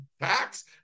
tax